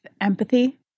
empathy